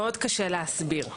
מאוד קשה להסביר.